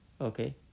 Okay